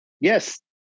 Yes